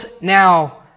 now